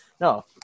no